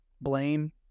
blame